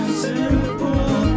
simple